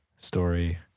story